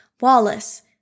Wallace